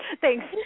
Thanks